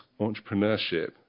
entrepreneurship